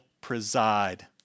preside